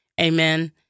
Amen